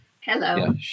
Hello